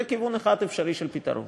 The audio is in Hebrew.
זה כיוון אפשרי אחד של פתרון.